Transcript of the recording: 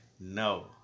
No